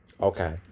Okay